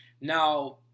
now